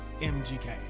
MGK